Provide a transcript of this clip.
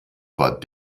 war